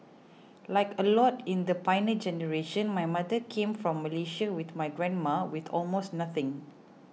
like a lot in the Pioneer Generation my mother came from Malaysia with my grandma with almost nothing